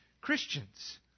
Christians